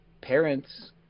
parents